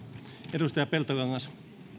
edustaja peltokangas